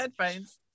headphones